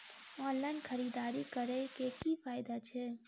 Online खरीददारी करै केँ की फायदा छै?